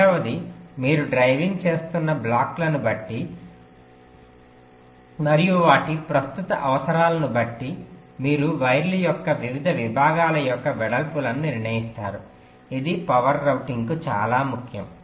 రెండవది మీరు డ్రైవింగ్ చేస్తున్న బ్లాక్లను బట్టి మరియు వాటి ప్రస్తుత అవసరాలు బట్టి మీరు వైర్ల యొక్క వివిధ విభాగాల యొక్క వెడల్పులను నిర్ణయిస్తాయి ఇది పవర్ రౌటింగ్ కు చాలా ముఖ్యం